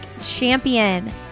champion